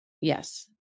yes